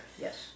Yes